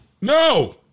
No